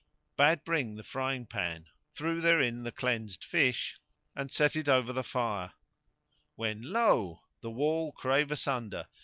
bade bring the frying pan, threw therein the cleansed fish and set it over the fire when lo! the wall crave asunder,